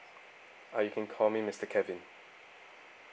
uh you can call me mister kevin